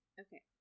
Okay